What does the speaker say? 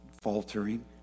faltering